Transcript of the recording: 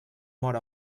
mor